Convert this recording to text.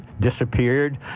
disappeared